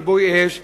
כיבוי אש ודומיהם.